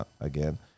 again